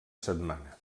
setmana